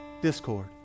Discord